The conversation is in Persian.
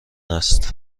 است